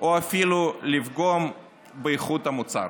או אפילו לפגום באיכות המוצר.